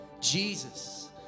jesus